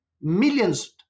millions